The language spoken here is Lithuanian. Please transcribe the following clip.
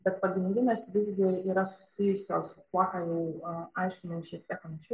bet pagrindinės visgi yra susijusios su tuo ką jau aiškinau šiek tiek anksčiau